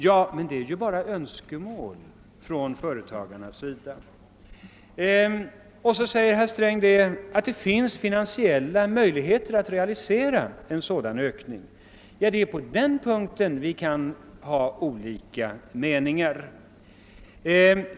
Ja, men denna ger bara uttryck för önskemål från företagarnas sida. Herr Sträng anser vidare att det finns finansiella möjligheter att realisera en sådan ökning. På den punkten kan det råda olika meningar.